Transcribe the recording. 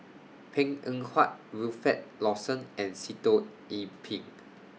Png Eng Huat Wilfed Lawson and Sitoh Yih Pin